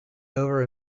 over